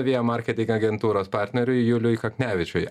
via marketing agentūros partneriui juliui kaknevičiui